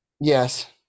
Yes